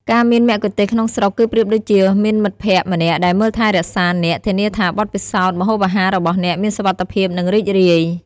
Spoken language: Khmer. ការមានមគ្គុទ្ទេសក៍ក្នុងស្រុក គឺប្រៀបដូចជាមានមិត្តភ័ក្តិម្នាក់ដែលមើលថែរក្សាអ្នក ធានាថាបទពិសោធន៍ម្ហូបអាហាររបស់អ្នកមានសុវត្ថិភាព និងរីករាយ។